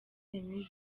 mibi